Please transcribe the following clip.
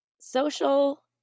Social